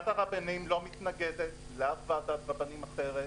הרבנים לא מתנגדת לאף ועדת רבנים אחרת,